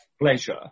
pleasure